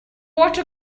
water